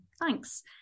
thanks